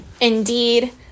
indeed